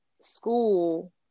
school